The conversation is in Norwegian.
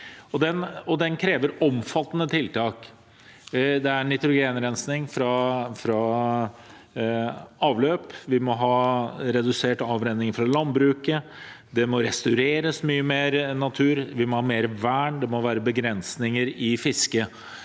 Planen krever omfattende tiltak. Vi må ha nitrogrenrensing fra avløp, vi må ha redusert avrenning fra landbruket, vi må restaurere mye mer natur, vi må ha mer vern, og det må være begrensninger i fisket.